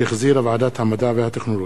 שהחזירה ועדת המדע והטכנולוגיה.